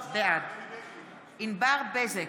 בעד ענבר בזק,